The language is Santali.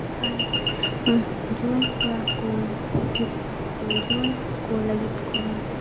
ᱟᱨ ᱡᱩᱣᱟᱹᱱ ᱠᱚᱲᱟ ᱠᱚ ᱡᱩᱣᱟᱹᱱ ᱠᱚ ᱞᱟᱹᱜᱤᱫ ᱠᱚᱦᱚᱸ